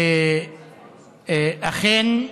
ואכן,